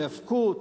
היאבקות,